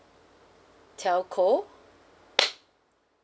telco